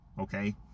Okay